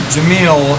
Jamil